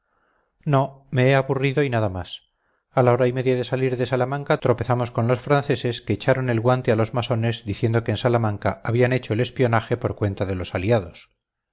no me he aburrido y nada más a la hora y media de salir de salamanca tropezamos con los franceses que echaron el guante a los masones diciendo que en salamanca habían hecho el espionaje por cuenta de los aliados